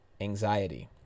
anxiety